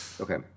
Okay